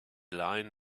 line